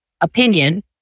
opinion